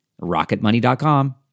Rocketmoney.com